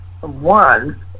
One